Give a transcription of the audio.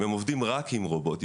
הם עובדים רק עם רובוטים.